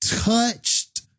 touched